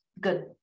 good